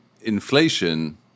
inflation